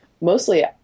Mostly